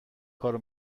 کارو